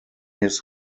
his